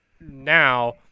now